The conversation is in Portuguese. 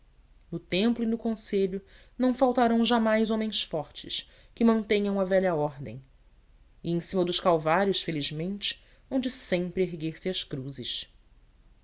no templo e no conselho não faltarão jamais homens fortes que mantenham a velha ordem e em cima dos calvários felizmente hão de sempre erguer-se as cruzes